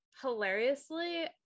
Hilariously